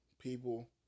people